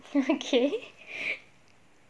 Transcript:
okay